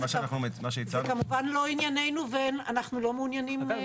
זה כמובן לא ענייננו ואנחנו לא מעוניינים להיות שם.